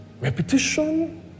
Repetition